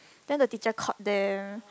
then the teacher caught them